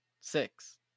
six